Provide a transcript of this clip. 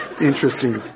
interesting